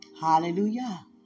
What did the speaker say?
Hallelujah